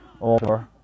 over